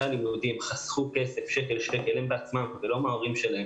הלימודים חסכו שקל לשקל הם עצמם ולא ההורים שלהם